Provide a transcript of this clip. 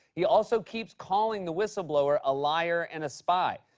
he also keeps calling the whistleblower a liar and a spy.